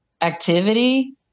activity